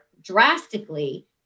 drastically